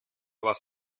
was